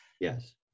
Yes